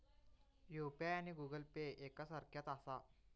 UPI आणि Google Pay एक सारख्याच आसा?